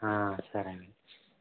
సరే అండి